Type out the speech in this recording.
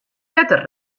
wetter